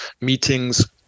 meetings